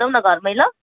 जुम्न घरमै ल